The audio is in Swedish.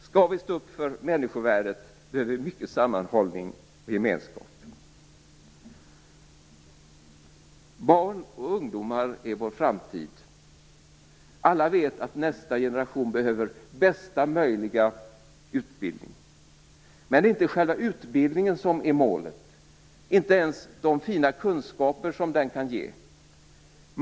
Skall vi stå upp för människovärdet behöver vi mycket sammanhållning och gemenskap. Barn och ungdomar är vår framtid. Alla vet att nästa generation behöver bästa möjliga utbildning. Men det är inte själva utbildningen som är målet, inte ens de fina kunskaper som den kan ge.